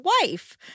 wife